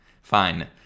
Fine